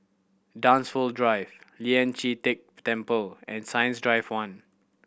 Dunsfold Drive Lian Chee Kek Temple and Science Drive One